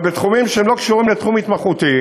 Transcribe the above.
אבל בתחומים שהם לא קשורים לתחום התמחותי